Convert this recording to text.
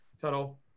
Tuttle